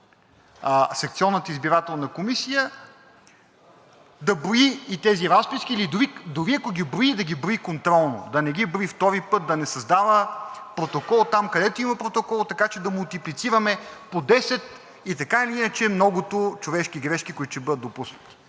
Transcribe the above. секционната избирателна комисия да брои и тези разписки, или дори ако ги брои, да ги брои контролно, да не ги брои втори път, да не създава протокол там, където има протокол, така че да мултиплицираме по 10 и така или иначе многото човешки грешки, които ще бъдат допуснати.